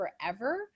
forever